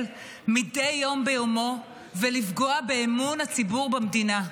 מדי יום ביומו ולפגוע באמון הציבור במדינה.